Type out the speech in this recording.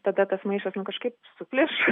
tada tas maišas nu kažkaip supliš